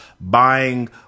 buying